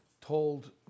told